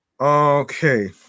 Okay